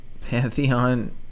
Pantheon